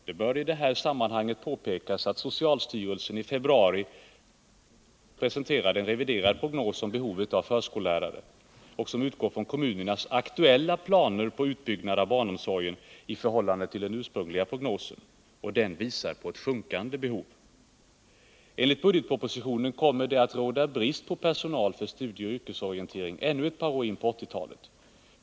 Det bör i detta sammanhang påpekas att den av socialstyrelsen i februari reviderade prognosen om behovet av förskollärare, som utgår från kommunernas aktuella planer på utbyggnad av barnomsorgen i förhållande till den ursprungliga prognosen, visar på ett sjunkande behov. Enligt budgetpropositionen kommer det att råda brist på personal för studieoch yrkesorientering ännu ett par år in på 1980-talet.